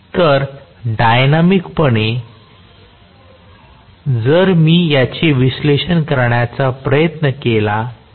तर डायनॅमिक पणे जर मी याचे विश्लेषण करण्याचा प्रयत्न केला तर